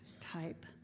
type